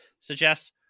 Suggests